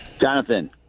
Jonathan